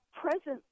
presently